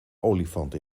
olifant